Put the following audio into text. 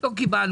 לא קיבלנו.